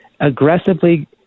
aggressively